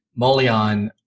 Molion